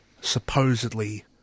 supposedly